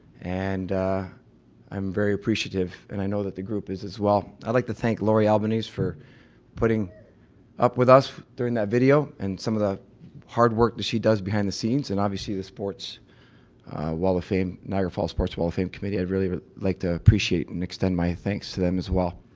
and i'm very appreciative, and i know that the group is as well. i'd like to thank laurie albenies for putting up with us during that video and some of the hard work that she does behind the scenes, and obviously the sports wall of fame, niagara falls sports wall of fame committee, i really would like to appreciate and extend my thanks to them as well.